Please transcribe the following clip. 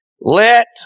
Let